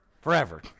forever